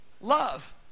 Love